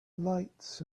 lights